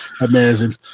Amazing